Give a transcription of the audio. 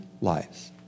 lives